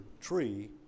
tree